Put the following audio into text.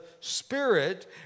spirit